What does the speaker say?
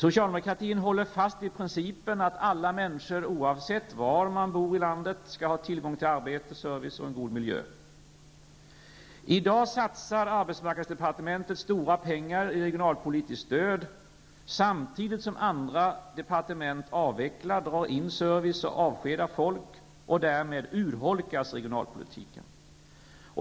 Socialdemokraterna håller fast vid principen att alla människor, oavsett var i landet de bor, skall ha tillgång till arbete, service och en god miljö. I dag satsar arbetsmarknadsdepartementet stora pengar på regionalpolitiskt stöd, samtidigt som andra departement avvecklar, drar in service och avskedar folk -- och därmed urholkar regionalpolitiken.